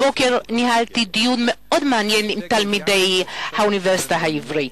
הבוקר ניהלתי דיון מאוד מעניין עם תלמידי האוניברסיטה העברית.